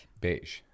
Beige